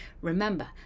Remember